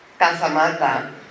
Casamata